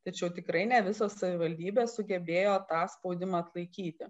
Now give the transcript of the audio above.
tačiau tikrai ne visos savivaldybės sugebėjo tą spaudimą atlaikyti